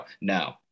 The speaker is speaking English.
No